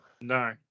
No